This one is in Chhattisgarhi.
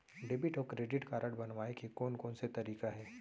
डेबिट अऊ क्रेडिट कारड बनवाए के कोन कोन से तरीका हे?